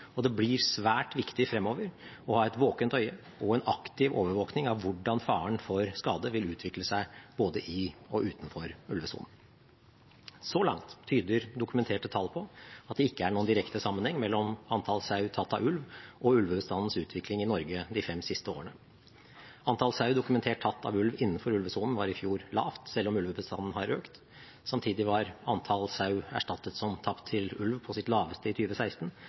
og det blir svært viktig fremover å ha et våkent øye og en aktiv overvåkning av hvordan faren for skade vil utvikle seg både i og utenfor ulvesonen. Så langt tyder dokumenterte tall på at det ikke er noen direkte sammenheng mellom antall sau tatt av ulv, og ulvebestandens utvikling i Norge de fem siste årene. Antall sau dokumentert tatt av ulv innenfor ulvesonen var i fjor lavt, selv om ulvebestanden har økt. Samtidig var antall sau erstattet som tapt til ulv på sitt laveste i